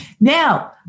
Now